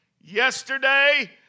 yesterday